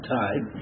time